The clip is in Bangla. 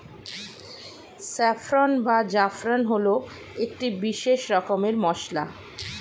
স্যাফ্রন বা জাফরান হল একটি বিশেষ রকমের মশলা